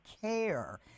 care